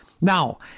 Now